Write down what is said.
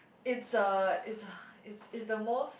it's a it's a it's it's the most